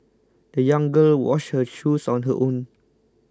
the young girl washed her shoes on her own